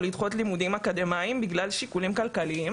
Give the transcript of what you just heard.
לדחות לימודים אקדמאיים בגלל שיקולים כלכליים,